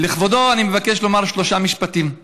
ולכבודו אני מבקש לומר שלושה משפטים.